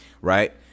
right